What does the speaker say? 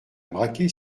braquer